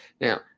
Now